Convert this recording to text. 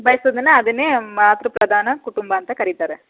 ನಿಭಾಯಿಸೋದನ್ನು ಅದನ್ನೇ ಮಾತೃ ಪ್ರಧಾನ ಕುಟುಂಬ ಅಂತ ಕರಿತಾರೆ